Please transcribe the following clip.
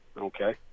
Okay